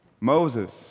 Moses